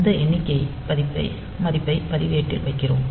அந்த எண்ணிக்கை மதிப்பைப் பதிவேட்டில் வைக்கிறோம்